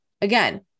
Again